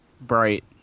bright